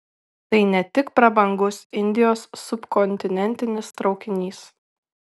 tai ne tik prabangus indijos subkontinentinis traukinys